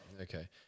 okay